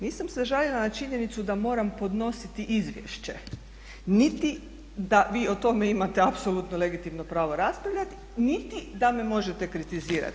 Nisam se žalila na činjenicu da moram podnositi izvješće niti da vi o tome imate apsolutno legitimno pravo raspravljati niti da me možete kritizirati.